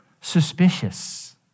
suspicious